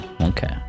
okay